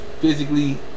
physically